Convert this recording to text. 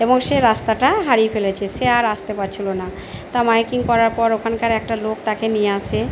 এবং সে রাস্তাটা হারিয়ে ফেলেছে সে আর আসতে পারছিল না তা মাইকিং করার পর ওখানকার একটা লোক তাকে নিয়ে আসে